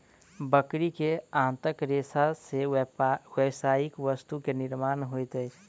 बकरी के आंतक रेशा से व्यावसायिक वस्तु के निर्माण होइत अछि